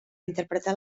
interpretar